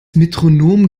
metronom